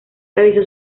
realizó